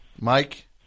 Mike